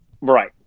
Right